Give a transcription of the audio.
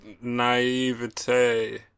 naivete